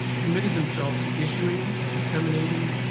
committed themselves to issuing, disseminating,